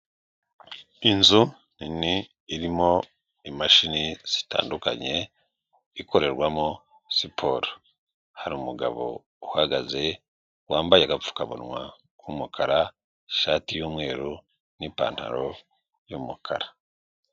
Inzu nini irimo imashini zitandukanye ikorerwamo siporo hari umugabo uhagaze wambaye agapfukamunwa k'umukara ishati y'umweru n'ipantaro y'umukara.